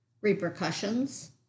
repercussions